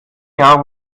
jahr